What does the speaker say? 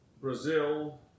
Brazil